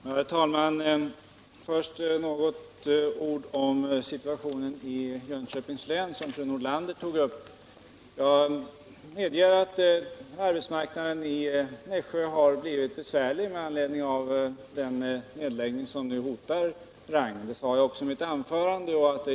Herr talman! Först något om situationen i Jönköpings län, som fru Nordlander tog upp. Jag medger att arbetsmarknaden i Nässjö har blivit besvärlig med anledning av den nedläggning som nu hotar Rang. Det sade jag också i mitt anförande.